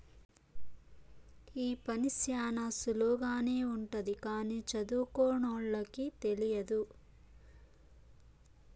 ఈ పని శ్యానా సులువుగానే ఉంటది కానీ సదువుకోనోళ్ళకి తెలియదు